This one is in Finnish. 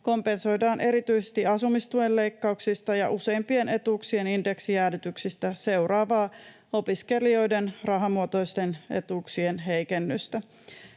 kompensoidaan erityisesti asumistuen leikkauksista ja useimpien etuuksien indeksijäädytyksistä seuraavaa opiskelijoiden rahamuotoisten etuuksien heikennystä.